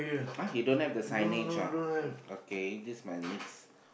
!huh! you don't have the signage ah okay this my next